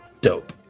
Dope